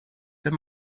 wenn